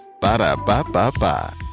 Ba-da-ba-ba-ba